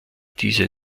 diese